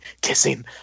kissing